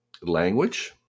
language